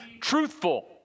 truthful